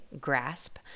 Grasp